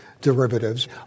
derivatives